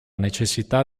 necessità